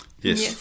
Yes